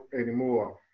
anymore